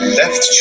left